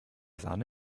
sahne